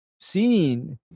seen